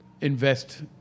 invest